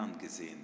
gesehen